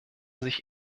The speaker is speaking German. sich